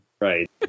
right